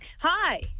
Hi